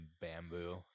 bamboo